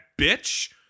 bitch